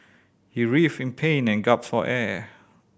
he writhed in pain and for air